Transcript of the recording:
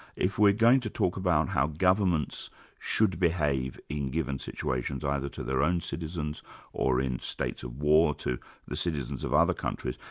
if we're going to talk about how governments should behave in given situations, either to their own citizens or in states of war to the citizens of other countries,